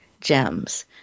gems